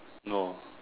no